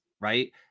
right